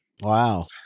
Wow